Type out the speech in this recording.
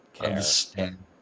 understand